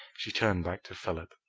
she turned back to philip.